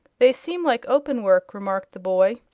they seem like open-work, remarked the boy,